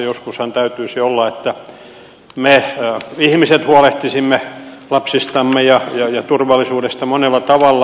joskushan täytyisi olla että me ihmiset huolehtisimme lapsistamme ja turvallisuudesta monella tavalla